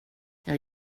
jag